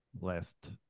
last